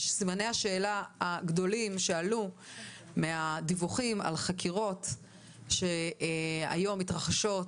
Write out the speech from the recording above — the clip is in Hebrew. סימני השאלה הגדולים שעלו מהדיווחיים על חקירות שהיום מתרחשות,